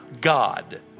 God